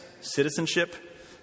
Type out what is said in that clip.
citizenship